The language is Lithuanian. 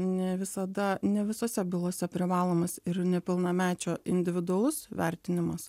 ne visada ne visose bylose privalomas ir nepilnamečio individualus vertinimas